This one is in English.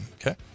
Okay